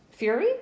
Fury